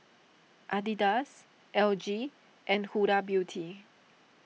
Adidas L G and Huda Beauty